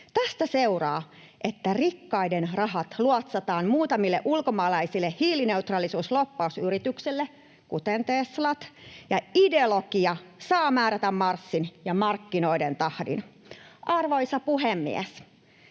Tästä seuraa, että rikkaiden rahat luotsataan muutamalle ulkomaiselle hiilineutraalisuuslobbausyritykselle, kuten Tesla, ja ideologia saa määrätä marssin ja markkinoiden tahdin. Arvoisa puhemies!